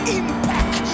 impact